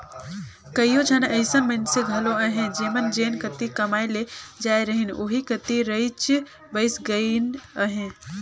कइयो झन अइसन मइनसे घलो अहें जेमन जेन कती कमाए ले जाए रहिन ओही कती रइच बइस गइन अहें